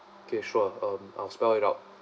okay sure um I'll spell it out